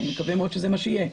אני מקווה מאוד שזה מה שיהיה,